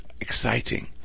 exciting